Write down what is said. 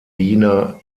wiener